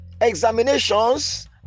examinations